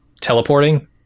teleporting